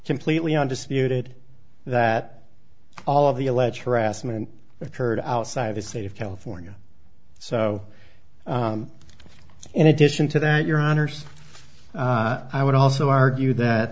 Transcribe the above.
completely on disputed that all of the alleged harassment occurred outside of the state of california so in addition to that your honors i would also argue that